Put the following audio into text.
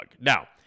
now